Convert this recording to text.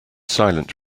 silent